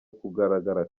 kugaragara